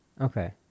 Okay